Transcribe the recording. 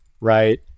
right